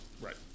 Right